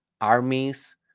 armies